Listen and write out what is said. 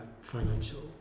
financial